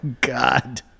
God